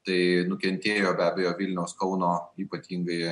tai nukentėjo be abejo vilniaus kauno ypatingai